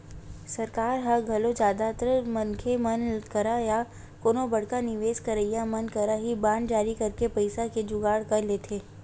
सरकार ह घलो जादातर मनखे मन करा या कोनो बड़का निवेस करइया मन करा ही बांड जारी करके पइसा के जुगाड़ कर लेथे